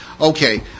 Okay